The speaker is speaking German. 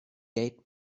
gate